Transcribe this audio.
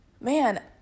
man